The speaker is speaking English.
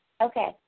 Okay